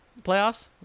playoffs